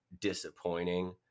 disappointing